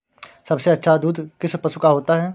सबसे अच्छा दूध किस पशु का होता है?